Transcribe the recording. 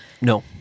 no